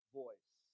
voice